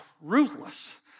ruthless